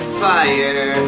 fire